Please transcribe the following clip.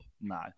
No